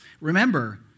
Remember